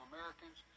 Americans